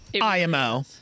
IMO